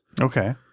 Okay